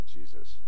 Jesus